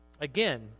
Again